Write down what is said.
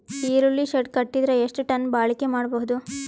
ಈರುಳ್ಳಿ ಶೆಡ್ ಕಟ್ಟಿದರ ಎಷ್ಟು ಟನ್ ಬಾಳಿಕೆ ಮಾಡಬಹುದು?